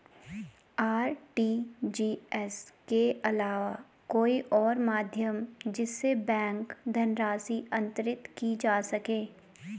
RTGS के अलावा कोई और माध्यम जिससे बैंक धनराशि अंतरित की जा सके?